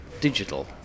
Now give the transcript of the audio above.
digital